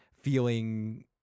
feeling